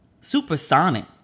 Supersonic